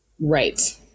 Right